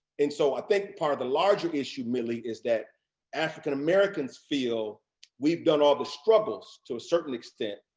and so i think part of the larger issue, milly, is that african americans feel we've done all the struggles to a certain extent,